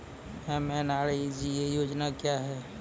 MNREGA योजना क्या हैं?